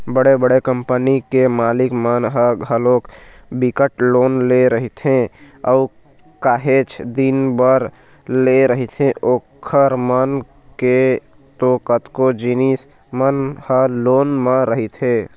बड़े बड़े कंपनी के मालिक मन ह घलोक बिकट लोन ले रहिथे अऊ काहेच दिन बर लेय रहिथे ओखर मन के तो कतको जिनिस मन ह लोने म रहिथे